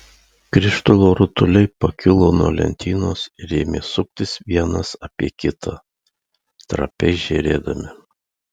krištolo rutuliai pakilo nuo lentynos ir ėmė suktis vienas apie kitą trapiai žėrėdami